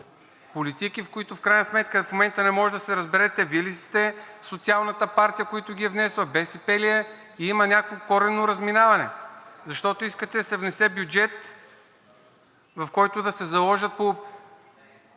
Политики, които в крайна сметка в момента не може да се разберете Вие ли сте социалната партия, които ги е внесла, БСП ли е? Има някакво коренно разминаване, защото искате да се внесе бюджет, в който да се заложат по